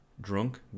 drunk